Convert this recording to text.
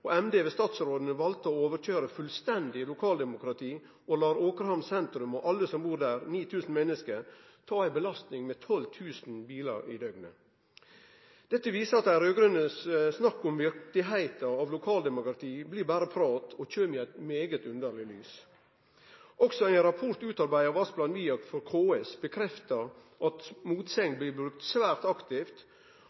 statsråden, valde fullstendig å overkøyre lokaldemokratiet og lèt Åkrehamn sentrum og alle som bur der – 9 000 menneske – ta belastninga med 12 000 bilar i døgnet. Dette viser at dei raud-grønes snakk om viktigheita av lokaldemokratiet berre blir prat og kjem i eit veldig underleg lys. Også ein rapport utarbeidd av Asplan Viak for KS bekreftar at